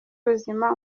ruzima